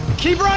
keep like